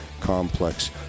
complex